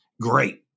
great